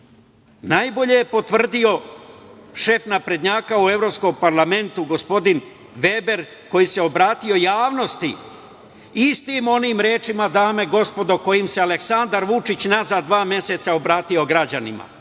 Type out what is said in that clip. najbolje je potvrdio šef naprednjaka u Evropskom parlamentu, gospodin Veber, koji se obratio javnosti istim onim rečima, dame i gospodo, kojima se Aleksandar Vučić unazad dva meseca obratio građanima.